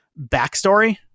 Backstory